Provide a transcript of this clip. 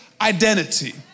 identity